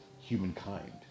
humankind